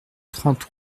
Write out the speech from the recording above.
trente